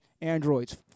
Androids